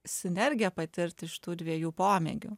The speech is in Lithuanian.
sinergiją patirti iš tų dviejų pomėgių